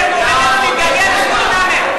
אתה גורם לנו להתגעגע לזבולון המר.